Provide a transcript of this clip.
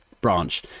branch